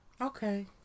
Okay